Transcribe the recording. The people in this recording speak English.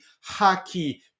hockey